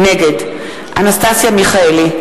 נגד אנסטסיה מיכאלי,